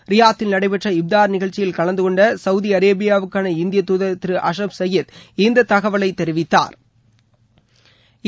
ரியாத்தில் நடைபெற்ற இப்தார் நிகழ்ச்சியில் கலந்துகொண்ட சவூதி அரேபியாவுக்கான இந்திய தூதர் திரு ஆசுப் சயீத் இந்த தகவலை தெரிவித்தாா்